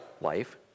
life